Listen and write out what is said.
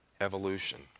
evolution